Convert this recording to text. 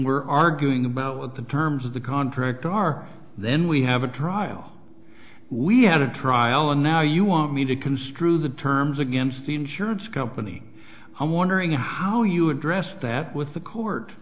we're arguing about what the terms of the contract are then we have a trial we had a trial and now you want me to construe the terms against the insurance company i'm wondering how you address that with the court